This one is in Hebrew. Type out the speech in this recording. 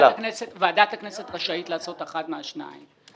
ועדת הכנסת רשאית לעשות אחת מהשניים.